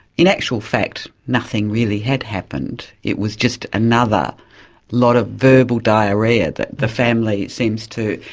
in actual fact nothing really had happened. it was just another lot of verbal diarrhoea that the family seems to,